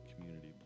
community